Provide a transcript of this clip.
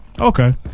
Okay